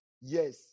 Yes